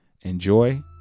enjoy